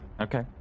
Okay